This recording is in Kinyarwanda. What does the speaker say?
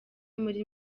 muri